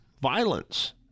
violence